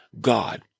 God